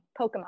pokemon